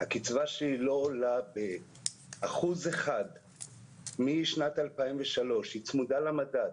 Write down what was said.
הקצבה שלי לא עולה באחוז אחד משנת 2003. היא צמודה למדד.